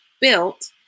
built